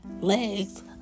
Legs